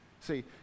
See